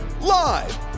Live